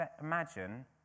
imagine